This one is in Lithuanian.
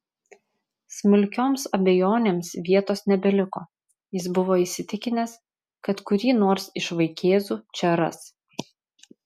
smulkioms abejonėms vietos nebeliko jis buvo įsitikinęs kad kurį nors iš vaikėzų čia ras